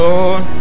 Lord